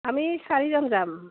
আমি চাৰিজন যাম